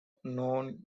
known